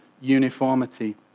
uniformity